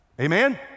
Amen